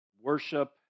worship